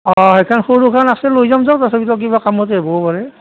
অঁ সেইখন সৰুখন আছে লৈ যাম দিয়ক তথাপিতো কিবা কামত আহিবও পাৰে